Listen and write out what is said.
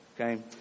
okay